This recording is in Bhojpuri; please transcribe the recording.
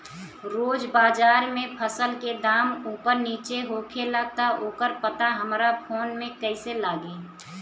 रोज़ बाज़ार मे फसल के दाम ऊपर नीचे होखेला त ओकर पता हमरा फोन मे कैसे लागी?